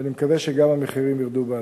ואני מקווה שגם המחירים ירדו בעתיד.